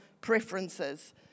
preferences